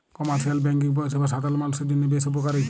commercial banking পরিষেবা সাধারল মালুষের জন্হে বেশ উপকারী